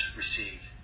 received